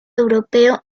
europeo